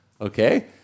Okay